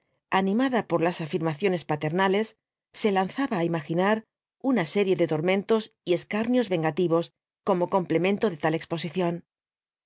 animada por las afirmaciones paternales se lanzaba á irüaginar una serie de tormentos y escarnios vengativos como complemento de tal exposición